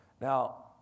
Now